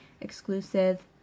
exclusive